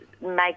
make